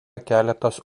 keletas